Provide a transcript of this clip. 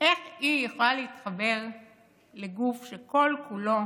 איך היא יכולה להתחבר לגוף שכל-כולו